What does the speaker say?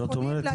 זאת אומרת,